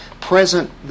present